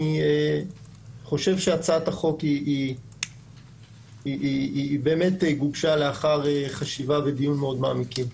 אני חושב שהצעת החוק גובשה לאחר חשיבה ודיון מאוד מעמיקים.